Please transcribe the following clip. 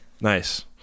Nice